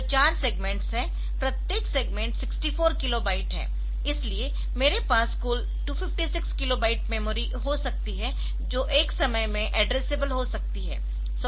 तो चार सेग्मेंट्स है प्रत्येक सेगमेंट 64 किलो बाइट है इसलिए मेरे पास कुल 256 किलो बाइट मेमोरी हो सकती है जो एक समय में एड्रेसेबल हो सकती है